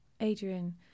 Adrian